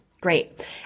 Great